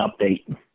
update